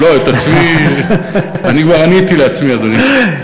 לא, את עצמי, אני כבר עניתי לעצמי, אדוני.